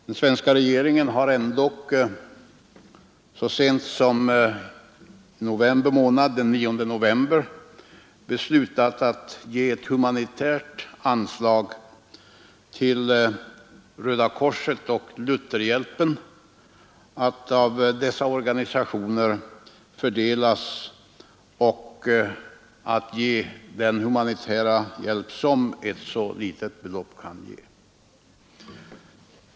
Den svenska regeringen har ändå så sent som den 9 november beslutat ge ett anslag till humanitär hjälp genom Röda korset och Lutherhjälpen, att av dessa organisationer fördelas och användas till den humanitära hjälp som ett så litet belopp kan ge.